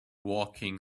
walking